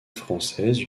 française